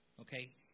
Okay